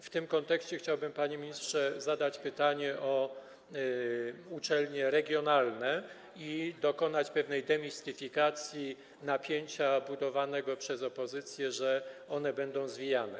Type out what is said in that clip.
W tym kontekście chciałbym, panie ministrze, zadać pytanie o uczelnie regionalne i dokonać pewnej demistyfikacji napięcia budowanego przez opozycję, że one będą zwijane.